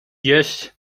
jeść